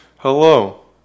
Hello